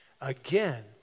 Again